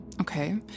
okay